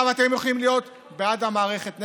עכשיו, אתם יכולים להיות בעד המערכת,